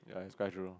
but it's quite true